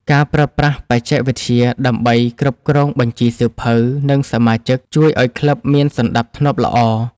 ការប្រើប្រាស់បច្ចេកវិទ្យាដើម្បីគ្រប់គ្រងបញ្ជីសៀវភៅ និងសមាជិក ជួយឱ្យក្លឹបមានសណ្ដាប់ធ្នាប់ល្អ។